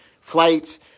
flights